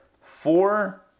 four